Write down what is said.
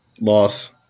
Loss